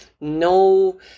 no